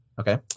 Okay